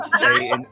stay